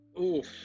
oof